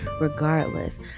Regardless